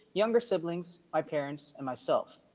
younger siblings, my parents, and myself.